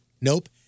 Nope